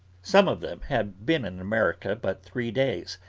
some of them had been in america but three days,